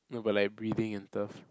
no but like breathing and stuff